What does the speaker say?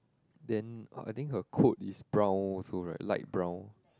then I think her coat is brown also right light brown